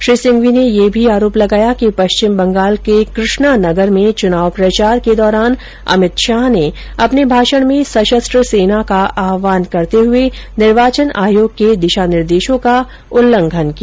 श्री सिंघवी ने यह भी आरोप लगाया कि पश्चिम बंगाल के कृष्णा नगर में चुनाव प्रचार के दौरान अमित शाह ने अपने भाषण में सशस्त्र सेना का आहवान करर्त हुए निर्वाचन आयोग के दिशानिर्देशों का उल्लंघन किया